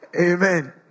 Amen